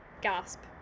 Gasp